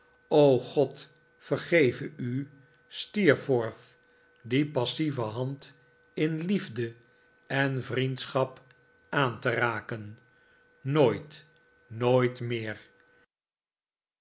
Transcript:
o god vergeve u steerforth die passieve hand in liefde en vriendschap aan te raken nooit nooit meer